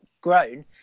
grown